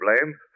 blame